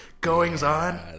goings-on